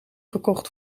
gekocht